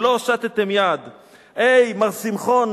שלא הושטתם יד/ היי מר שמחון,